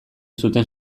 zuten